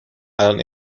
الان